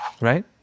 right